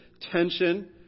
tension